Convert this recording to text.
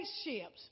spaceships